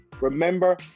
Remember